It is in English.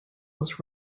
was